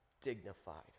dignified